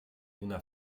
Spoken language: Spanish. una